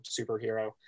superhero